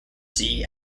see